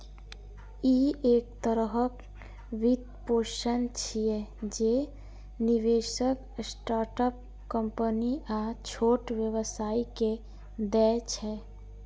ई एक तरहक वित्तपोषण छियै, जे निवेशक स्टार्टअप कंपनी आ छोट व्यवसायी कें दै छै